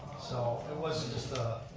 so it wasn't just